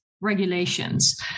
regulations